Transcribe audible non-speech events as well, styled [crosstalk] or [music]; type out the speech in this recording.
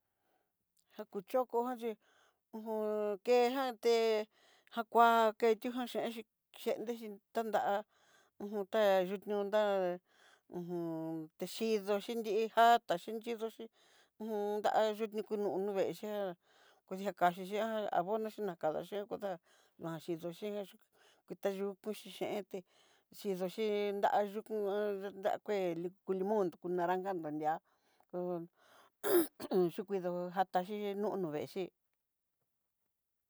Jakuchoko ján chí ho o on kean té jakua kenti'ó jachenxi yendexhí, tandá'a uj [hesitation] tá yunió ndá uj [hesitation] texhidó xhinri hijáta xhi nridoxhí ho o on dadikuni kunó núu veexhí [hesitation] xhí kaxhi ihá abonoxi nakada xhí kudá no'a xhido xhijé ku kutayu'u, yuxiyenté xhidoxi nrayukú [hesitation] á kué uli limón kutu naranja nanriá kú ¡u [noise] hikuidó jatá xhí nu nuveexhí.